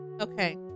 Okay